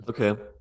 Okay